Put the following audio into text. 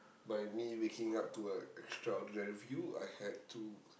by me waking up to a extraordinary view I had to